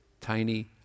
tiny